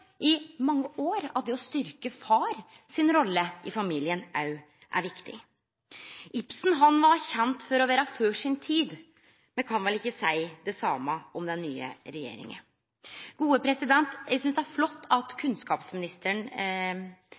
i mange år – at det å styrkje far si rolle i familien òg er viktig. Ibsen var kjend for å være føre si tid. Ein kan vel ikkje seie det same om den nye regjeringa. Eg synest det er flott at kunnskapsministeren